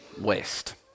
west